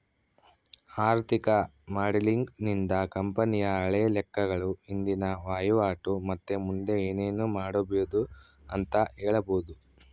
ಆರ್ಥಿಕ ಮಾಡೆಲಿಂಗ್ ನಿಂದ ಕಂಪನಿಯ ಹಳೆ ಲೆಕ್ಕಗಳು, ಇಂದಿನ ವಹಿವಾಟು ಮತ್ತೆ ಮುಂದೆ ಏನೆನು ಮಾಡಬೊದು ಅಂತ ಹೇಳಬೊದು